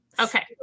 okay